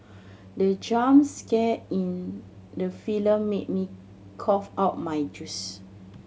the jump scare in the film made me cough out my juice